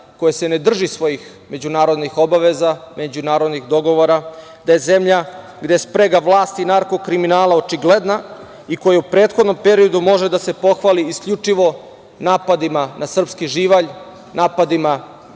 koja se ne drži svojih međunarodnih obaveza, međunarodnih dogovora, da je zemlja gde je sprega vlasti i narko kriminala očigledna i koji u prethodnom periodu može da se pohvali isključivo napadima na srpski živalj, napadima